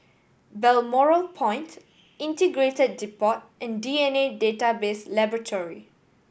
Balmoral Point Integrated Depot and D N A Database Laboratory